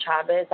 Chavez